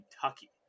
Kentucky